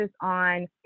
on